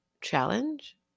challenge